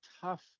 tough